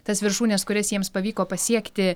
tas viršūnes kurias jiems pavyko pasiekti